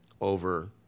over